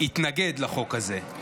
התנגד לחוק הזה.